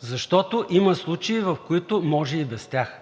защото има случаи, в които може и без тях.